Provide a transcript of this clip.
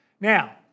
Now